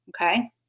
Okay